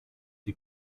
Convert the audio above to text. die